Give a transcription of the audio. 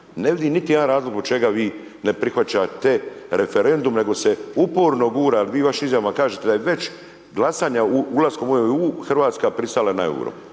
Ne vidim niti jedan razlog zbog čega vi ne prihvaćate referendum, nego se uporno gura, jer vi u vašim izjavama kažete da je već glasanja ulaskom u EU, RH pristala na EUR-o,